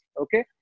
Okay